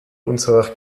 unserer